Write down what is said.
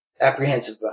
apprehensive